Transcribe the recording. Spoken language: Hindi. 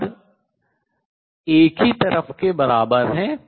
A21B12uT पद एक ही तरफ के बराबर है